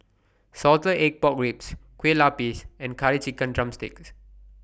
Salted Egg Pork Ribs Kue Lupis and Curry Chicken drumsticks